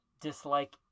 dislike